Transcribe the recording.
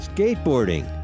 Skateboarding